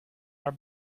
her